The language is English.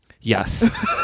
Yes